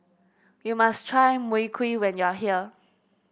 you must try Mui Kee when you are here